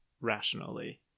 rationally